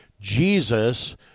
Jesus